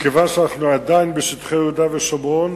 מכיוון שאנחנו עדיין בשטחי יהודה ושומרון,